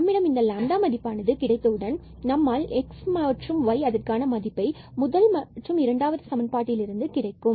நம்மிடம் இந்த மதிப்பானது கிடைத்தவுடன் நமக்கு x மற்றும் y அதற்கான மதிப்பை முதல் மற்றும் இரண்டாவது சமன்பாட்டில் இருந்து கிடைக்கும்